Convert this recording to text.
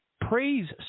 praise